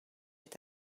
est